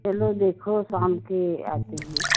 चलो देखो शाम के आते हैं